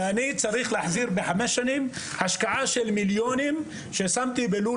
אני צריך להחזיר בחמש שנים השקעה של מיליונים ששמתי בלול